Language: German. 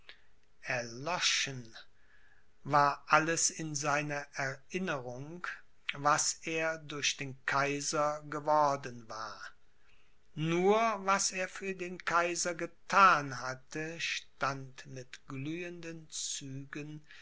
erloschen war alles in seiner erinnerung was er durch den kaiser geworden war nur was er für den kaiser gethan hatte stand mit glühenden zügen